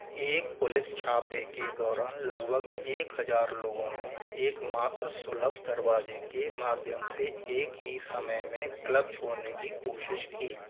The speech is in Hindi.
एक पुलिस छापे के दौरान लगभग एक हजार लोगों ने एकमात्र सुलभ दरवाजे के माध्यम से एक ही समय में क्लब छोड़ने की कोशिश की